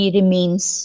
remains